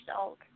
old